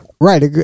Right